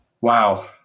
wow